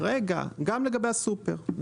גם לגבי הסופר.